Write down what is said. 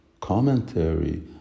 commentary